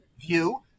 view